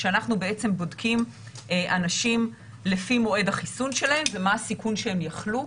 שאנחנו בעצם בודקים אנשים לפי מועד החיסון שלהם ומה הסיכון שהם יחלו.